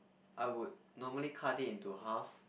I would normally cut it into half